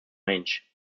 range